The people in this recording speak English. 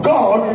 God